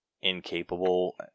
incapable